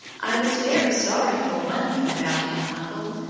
i was very sorry for one thing about him, uncle.